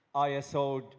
iso,